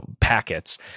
packets